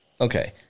Okay